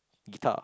guitar